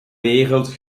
wereld